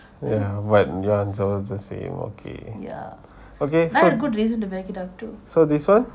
ya but your answer was the same okay okay so so this one